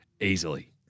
Easily